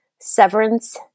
Severance